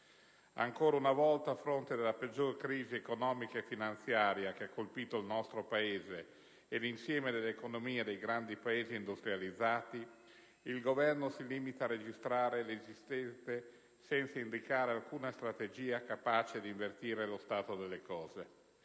Ancora una volta, a fronte della peggiore crisi economica e finanziaria che abbia colpito il nostro Paese e l'insieme delle economie dei grandi Paesi industrializzati, il Governo si limita a registrare l'esistente, senza indicare alcuna strategia capace di invertire lo stato delle cose.